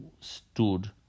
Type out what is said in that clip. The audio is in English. stood